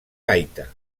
gaita